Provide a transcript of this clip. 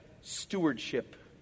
stewardship